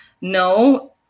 no